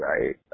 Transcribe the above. right